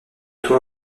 toi